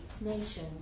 nation